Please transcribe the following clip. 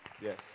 Yes